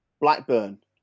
Blackburn